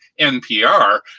NPR